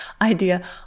idea